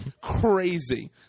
crazy